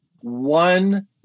one